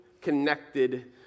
connected